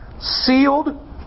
sealed